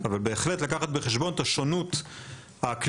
אבל בהחלט לקחת בחשבון את השונות האקלימית,